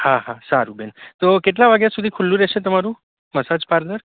હા હા સારું બેન તો કેટલા વાગ્યા સુધી ખૂલ્લું રેહશે તમારું મસાજ પાર્લર